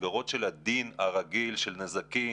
המסגרות של הדין הרגיל של נזיקין,